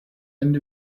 end